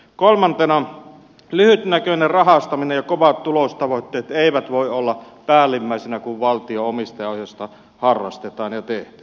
kolmantena lyhytnäköinen rahastaminen ja kovat tulostavoitteet eivät voi olla päällimmäisinä kun valtion omistajaohjausta harrastetaan ja tehdään